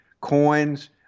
coins